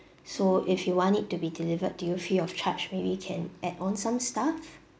so if you want it to be delivered to you free of charge maybe you can add on some stuff